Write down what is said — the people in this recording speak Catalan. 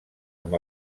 amb